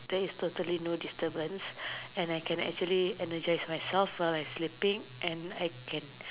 there is totally no disturbance and I can actually energize myself so like sleeping and I can